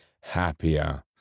happier